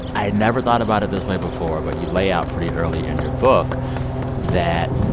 i had never thought about it this way before, but you lay out pretty early in your book that,